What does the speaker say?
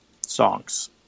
songs